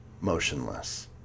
motionless